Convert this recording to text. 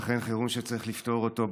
אכן, חירום שצריך לפתור אותו.